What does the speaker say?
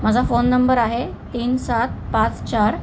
माझा phone number आहे तीन सात पाच चार